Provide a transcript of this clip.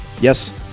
Yes